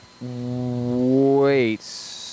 Wait